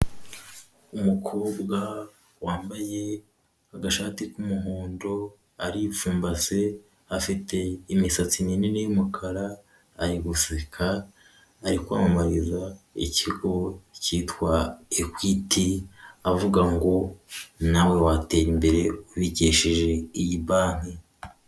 Umukobwa wambaye agashati k'umuhondo, aripfumbase, afite imisatsi minini y'umukara, ari guseka, ari kwamamariza ikigo kitwa ekwiti, avuga ngo nawe watera imbere, ubikesheje iyi banki.